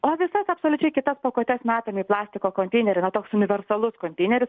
o visas absoliučiai kitas pakuotes metam į plastiko konteinerį na toks universalus konteineris